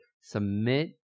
Submit